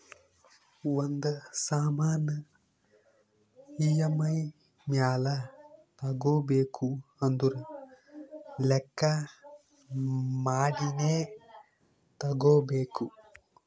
ಒಂದ್ ಸಾಮಾನ್ ಇ.ಎಮ್.ಐ ಮ್ಯಾಲ ತಗೋಬೇಕು ಅಂದುರ್ ಲೆಕ್ಕಾ ಮಾಡಿನೇ ತಗೋಬೇಕು